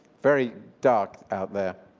very dark out there.